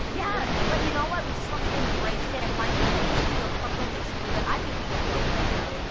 but yeah but you know what? we just have to embrace it and find something that makes you feel comfortable, makes you feel good. i think we look dope right now.